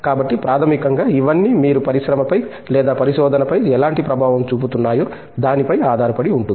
కాబట్టి ప్రాథమికంగా ఇవన్నీ మీరు పరిశ్రమపై లేదా పరిశోధనపై ఎలాంటి ప్రభావం చూపుతున్నాయో దానిపై ఆధారపడి ఉంటుంది